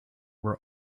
were